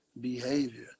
behavior